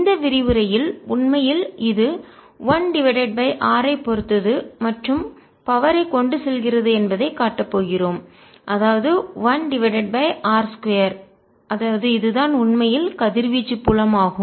இந்த விரிவுரையில் உண்மையில் இது 1 டிவைடட் பை r ஐ பொறுத்தது மற்றும் பவர் ஐ சக்தியைகொண்டு செல்கிறது என்பதைக் காட்டப் போகிறோம் அதாவது 1 டிவைடட் பை r2 அதாவது இதுதான் உண்மையில் கதிர்வீச்சு புலம் ஆகும்